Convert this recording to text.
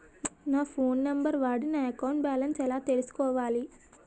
నా phone number వాడి నా అకౌంట్ బాలన్స్ ఎలా తెలుసుకోవాలి?